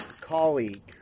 colleague